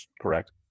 correct